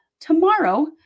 tomorrow